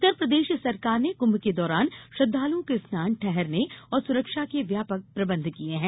उत्तरप्रदेश सरकार ने कृम्भ के दौरान श्रद्दालुओं के स्नान ठहरने और सुरक्षा के व्यापक प्रबंध किये हैं